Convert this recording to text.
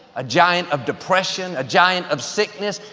a giant of depression, a giant of sickness.